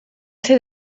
ser